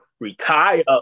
retire